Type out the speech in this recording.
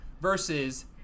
versus